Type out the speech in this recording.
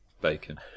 bacon